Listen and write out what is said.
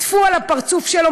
טפו על הפרצוף שלו.